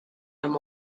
and